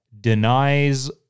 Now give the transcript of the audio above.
denies